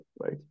right